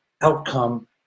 outcome